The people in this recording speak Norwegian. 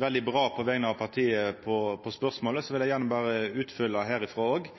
veldig bra på spørsmålet på vegner av partiet, vil eg gjerne berre utfylla herifrå òg: Bakgrunnen for at me ikkje gjekk inn i dei merknadene og